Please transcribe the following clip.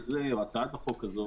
הצעת החוק הזו